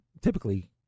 Typically